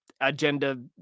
agenda